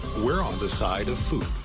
we're on the side of food.